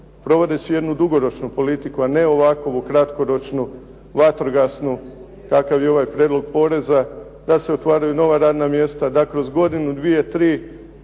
provodeći jednu dugoročnu politiku, a ne ovakovu kratkoročnu, vatrogasnu, kakav je ovaj prijedlog poreza, da se otvaraju nova radna mjesta, da kroz godinu, dvije, tri